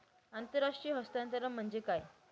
आंतरराष्ट्रीय हस्तांतरण म्हणजे काय?